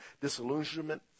disillusionment